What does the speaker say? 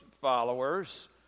followers